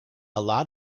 lot